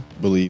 believe